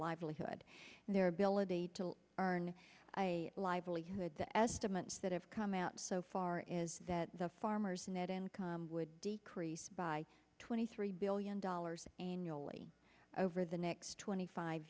livelihood and their ability to earn a livelihood the estimates that have come out so far is that the farmers net income would decrease by twenty three billion dollars annually over the next twenty five